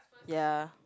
ya